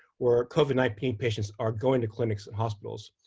where covid nineteen patients are going to clinics and hospitals.